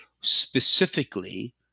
specifically